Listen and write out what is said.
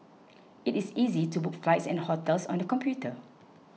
it is easy to book flights and hotels on the computer